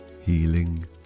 healing